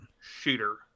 shooter